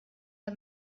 der